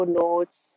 notes